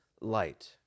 light